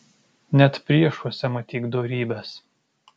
net priešuose matyk dorybes